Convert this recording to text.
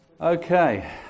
Okay